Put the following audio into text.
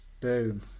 boom